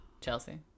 chelsea